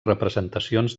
representacions